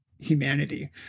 humanity